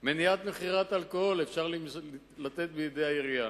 ואת מניעת מכירת אלכוהול אפשר לתת בידי העירייה.